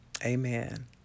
Amen